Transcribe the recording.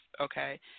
okay